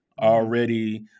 already